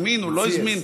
הזמין או לא הזמין,